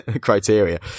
criteria